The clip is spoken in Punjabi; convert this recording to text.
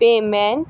ਪੇਮੈਂਟ